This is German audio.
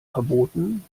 verboten